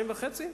חודשיים וחצי?